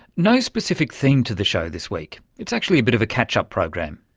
no specific theme to the show this week. it's actually a bit of a catch-up program,